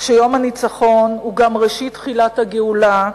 שיום הניצחון הוא גם ראשית תחילת הגאולה,